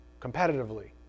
competitively